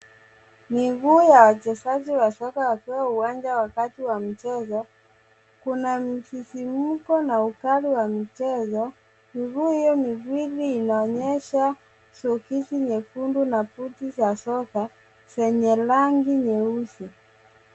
Miguu ya wachezaji wa soka wakiwa uwanja wakati wa michezo. Kuna msisimko na ukali wa michezo. Miguu hiyo mifupi inaonyesha soksi nyekundu na boot za soka zenye rangi nyeusi.